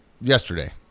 yesterday